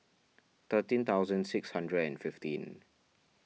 thirteen thousand six hundred and fifteen